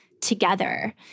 together